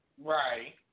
Right